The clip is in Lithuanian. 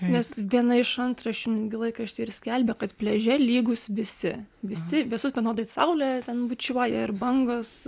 nes viena iš antraščių laikrašty ir skelbia kad pliaže lygūs visi visi visus vienodai saulė ten bučiuoja ir bangos